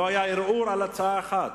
לא היה ערעור על הצעה אחת,